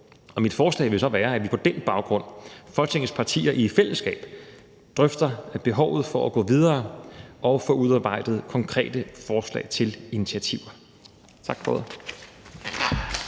mit forslag vil så være, at vi på den baggrund blandt Folketingets partier i fællesskab drøfter behovet for at gå videre og at få udarbejdet konkrete forslag til initiativer. Tak for ordet.